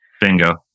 bingo